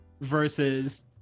versus